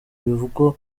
bivugwa